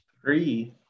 Three